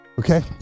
Okay